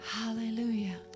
Hallelujah